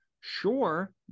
sure